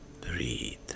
breathe